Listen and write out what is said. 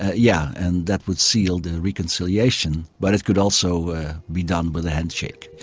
ah yeah and that would seal the reconciliation. but it could also be done with a handshake.